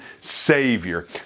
Savior